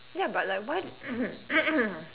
ya but like why